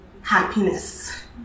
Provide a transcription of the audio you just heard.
happiness